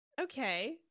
Okay